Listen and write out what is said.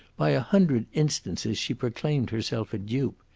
by a hundred instances she proclaimed herself a dupe.